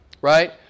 right